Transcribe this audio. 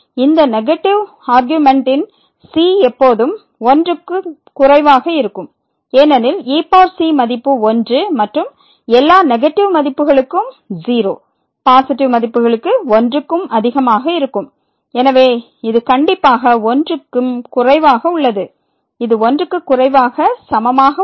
இந்த negative argument ன் c எப்போதும் 1 க்கும் குறைவாக இருக்கும் ஏனெனில் e0 மதிப்பு 1 மற்றும் எல்லா நெகட்டிவ் மதிப்புகளுக்கும் 0 பாசிட்டிவ் மதிப்புகளுக்கு 1 க்கும் அதிகமாக இருக்கும் எனவே இது கண்டிப்பாக 1 க்கும் குறைவாக உள்ளது இது 1 க்கு குறைவாக சமமாக உள்ளது